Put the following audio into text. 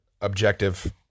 objective